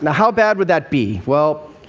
and how bad would that be? well,